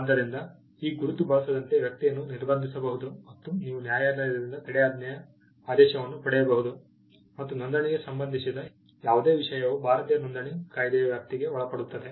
ಆದ್ದರಿಂದ ಆ ಗುರುತು ಬಳಸದಂತೆ ವ್ಯಕ್ತಿಯನ್ನು ನಿರ್ಬಂಧಿಸಬಹುದು ಮತ್ತು ನೀವು ನ್ಯಾಯಾಲಯದಿಂದ ತಡೆಯಾಜ್ಞೆಯ ಆದೇಶವನ್ನು ಪಡೆಯಬಹುದು ಮತ್ತು ನೋಂದಣಿಗೆ ಸಂಬಂಧಿಸಿದ ಯಾವುದೇ ವಿಷಯವು ಭಾರತೀಯ ನೋಂದಣಿ ಕಾಯ್ದೆಯ ವ್ಯಾಪ್ತಿಗೆ ಒಳಪಡುತ್ತದೆ